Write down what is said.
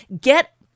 Get